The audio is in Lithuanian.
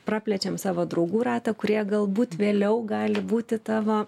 praplečiam savo draugų ratą kurie galbūt vėliau gali būti tavo